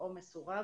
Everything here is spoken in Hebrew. העומס הוא רב,